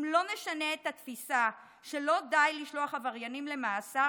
אם לא נשנה את התפיסה שלא די לשלוח עבריינים למאסר